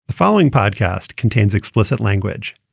the following podcast contains explicit language.